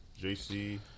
JC